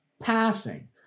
passing